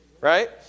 right